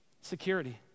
security